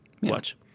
watch